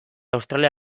australia